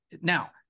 now